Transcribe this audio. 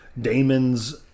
Damon's